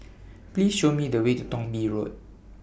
Please Show Me The Way to Thong Bee Road